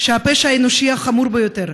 שהפשע האנושי החמור ביותר,